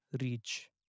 reach